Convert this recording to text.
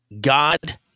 God